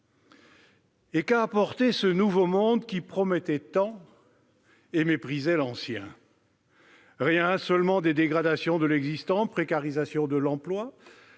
Qu'a apporté ce nouveau monde, qui promettait tant et méprisait l'ancien ? Rien, seulement des dégradations de l'existant : précarisation de l'emploi,